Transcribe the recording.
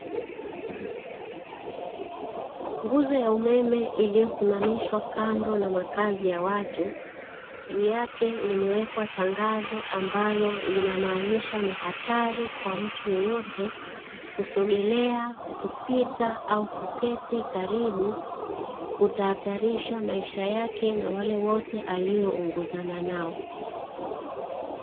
Nguzo ya umeme iliyosimamishwa kando na makazi ya watu; juu yake limewekwa tangazo ambalo linamaanisha ni hatari kwa mtu yeyote kusogelea, kupita, au kuketi karibu; kutahatarisha maisha yake na wale wote alioongozana nao.